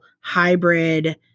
hybrid